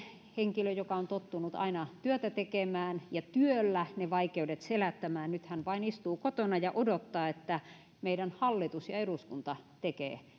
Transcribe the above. henkilö joka on tottunut aina työtä tekemään ja työllä ne vaikeudet selättämään nyt hän vain istuu kotona ja odottaa että meidän hallitus ja eduskunta tekevät